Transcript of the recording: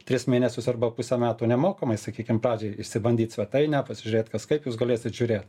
tris mėnesius arba pusę metų nemokamai sakykim pradžiai išsibandyt svetainę pasižiūrėt kas kaip jūs galėsit žiūrėt